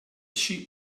sheep